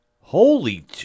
Holy-